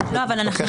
הם